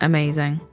Amazing